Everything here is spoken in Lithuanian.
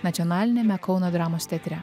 nacionaliniame kauno dramos teatre